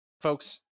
folks